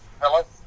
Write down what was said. Hello